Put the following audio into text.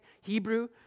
Hebrew